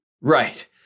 Right